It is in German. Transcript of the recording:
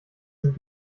sind